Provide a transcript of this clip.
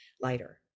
lighter